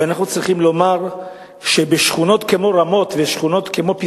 אנחנו צריכים לומר שבשכונות כמו רמות ופסגת-זאב,